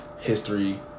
history